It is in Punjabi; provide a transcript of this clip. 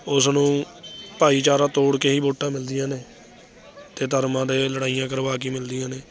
ਉਸ ਨੂੰ ਭਾਈਚਾਰਾ ਤੋੜ ਕੇ ਹੀ ਵੋਟਾਂ ਮਿਲਦੀਆਂ ਨੇ ਅਤੇ ਧਰਮਾਂ ਦੇ ਲੜਾਈਆਂ ਕਰਵਾ ਕੇ ਮਿਲਦੀਆਂ ਨੇ